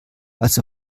als